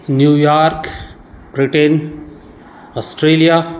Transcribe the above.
New York Britain Australia